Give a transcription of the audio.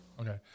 Okay